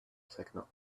signal